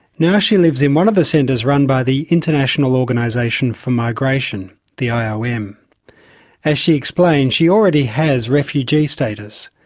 now she lives in one of the centres run by the international organisation for migration, the ah iom. as she explained, she already has refugee status,